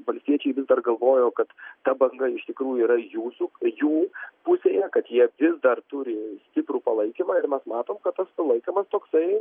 valstiečiai vis dar galvojo kad ta banga iš tikrųjų yra jūsų jų pusėje kad jie vis dar turi stiprų palaikymą ir mes matom kad tas palaikymas toksai